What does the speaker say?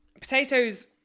potatoes